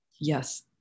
Yes